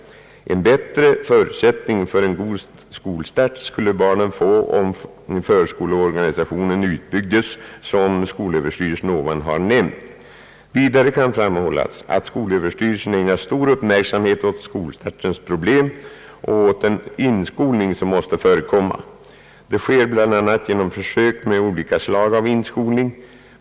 En bättre förutsättning för en god skolstart skulle barnen få om förskoleorganisationen utbyggdes som Sö ovan har nämnt. Vidare kan framhållas att Sö ägnar stor uppmärksamhet åt skolstartens problem och åt den inskolning som måste förekomma. Det sker bl.a. genom försök med olika slag av inskolning.